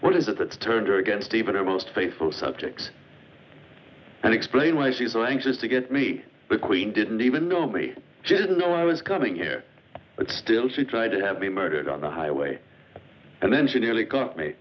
what is it that turned her against even the most faithful subjects and explain why she's anxious to get me the queen didn't even know me she didn't know i was coming here but still she tried to have been murdered on the highway and then she nearly caught me